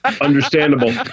Understandable